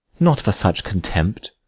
not for such contempt.